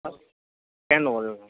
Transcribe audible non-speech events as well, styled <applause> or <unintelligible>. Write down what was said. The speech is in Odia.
ହଁ କେନ୍ <unintelligible>